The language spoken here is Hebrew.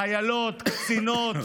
חיילות, קצינות,